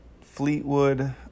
Fleetwood